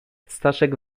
staszek